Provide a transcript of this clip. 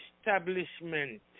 establishment